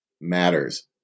matters